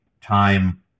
time